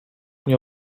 mnie